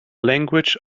language